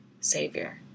savior